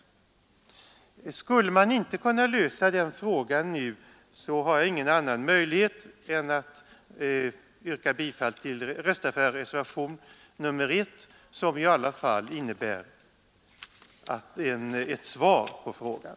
Skulle man inte kunna lösa den frågan nu, så har jag ingen annan möjlighet än att rösta för reservationen 1, som i alla fall innebär ett svar på frågan.